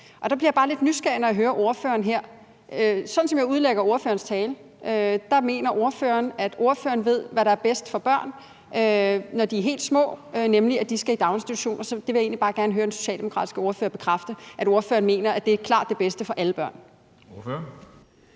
Og der bliver jeg bare lidt nysgerrig, når jeg hører ordføreren her. Sådan som jeg udlægger ordførerens tale, mener ordføreren, at ordføreren ved, hvad der er bedst for børn, når de er helt små, nemlig at de skal i daginstitution. Det vil jeg egentlig bare gerne høre den socialdemokratiske ordfører bekræfte, altså at ordføreren mener, at det klart er det bedste for alle børn.